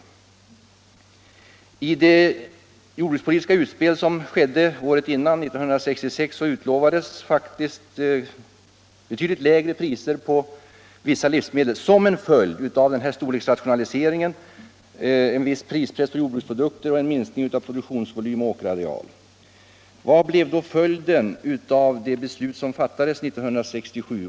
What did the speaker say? I det jordbrukspolitiska utspel som gjordes sommaren 1966 utlovades faktiskt betydligt lägre priser på vissa livsmedel som en följd av storleksrationalisering, prispress på jordbruksprodukter och en minskning av pro duktionsvolym och åkerareal. Vad blev då följden av det beslut som fattades 1967?